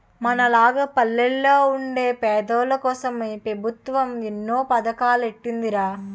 మనలాగ పల్లెల్లో వుండే పేదోల్లకోసం పెబుత్వం ఎన్నో పదకాలెట్టీందిరా